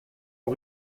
aux